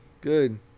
good